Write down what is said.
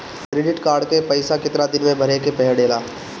Credit card के पइसा कितना दिन में भरे के पड़ेला?